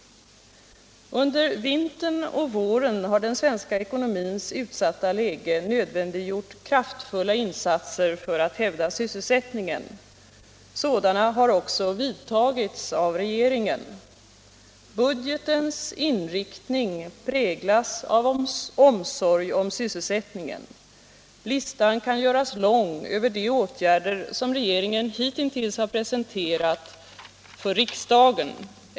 Under vintern och våren har den svenska ekonomins utsatta läge nödvändiggjort kraftfulla insatser för att hävda sysselsättningen. Så ÅArbetsmarknads politiken Arbetsmarknadspolitiken dana har också vidtagits av regeringen. Budgetens inriktning präglas av omsorg om sysselsättningen. Listan kan göras lång över de åtgärder som regeringen hittills har presenterat för riksdagen.